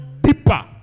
deeper